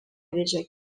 edecek